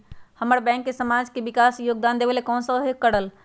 अगर बैंक समाज के विकास मे योगदान देबले त कबन सहयोग करल?